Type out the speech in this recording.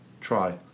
try